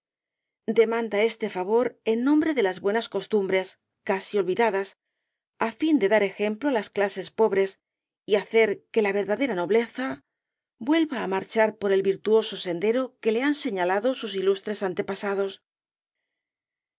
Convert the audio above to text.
demanda este favor en nombre de las buenas costumbres casi olvidadas á fin de dar ejemplo á las clases pobres y hacer que la verdadera nobleza vuelva á marchar por el virtuoso sendero que le han señalado sus ilustres antepasados la